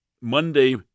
Monday